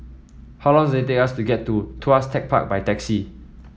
how long does it take to get to Tuas Tech Park by taxi